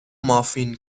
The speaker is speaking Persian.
مافین